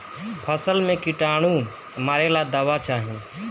फसल में किटानु मारेला कौन दावा चाही?